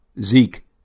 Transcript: Zeke